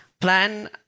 plan